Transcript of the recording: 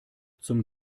zum